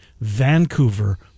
Vancouver